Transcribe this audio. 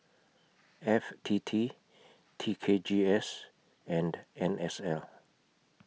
F T T T K G S and N S L